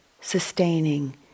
sustaining